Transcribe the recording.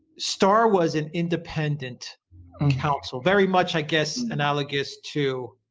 starr was an independent counsel, very much i guess analogous to